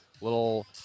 little